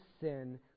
sin